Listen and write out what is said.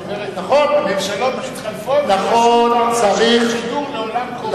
ממשלות מתחלפות ורשות השידור לעולם קורסת.